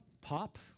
Pop